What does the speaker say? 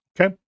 Okay